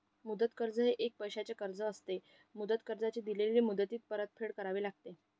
मुदत कर्ज हे एक पैशाचे कर्ज असते, मुदत कर्जाची दिलेल्या मुदतीत परतफेड करावी लागते